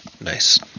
Nice